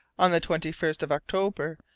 on the twenty first of october,